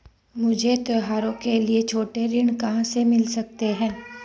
मुझे त्योहारों के लिए छोटे ऋृण कहां से मिल सकते हैं?